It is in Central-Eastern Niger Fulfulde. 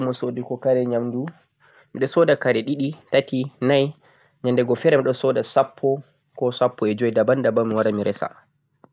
To miyahi lumo sooduko kare nyamdu, miɗon sooda kare ɗiɗi, tati nai nyandego fere miɗon sooda har sappo koh sappo'ejoi daban-daban sai mi resa